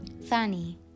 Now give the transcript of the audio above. Fanny